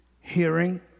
hearing